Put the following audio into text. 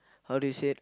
how do you say